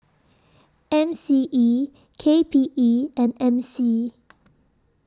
M C E K P E and M C